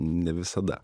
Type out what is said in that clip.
ne visada